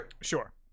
Sure